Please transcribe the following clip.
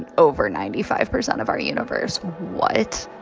and over ninety five percent of our universe. what?